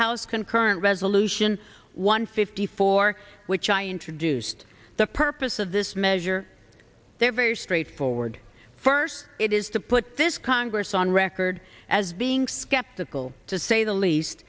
house concurrent resolution one fifty four which i introduced the purpose of this measure their very straightforward first it is to put this congress on record as being skeptical to say the least